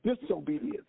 disobedience